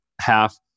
half